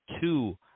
two